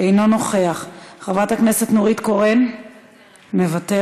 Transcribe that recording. אינו נוכח, חברת הכנסת נורית קורן, מוותרת.